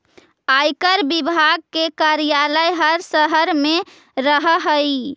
आयकर विभाग के कार्यालय हर शहर में रहऽ हई